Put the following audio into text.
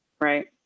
right